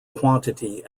quantity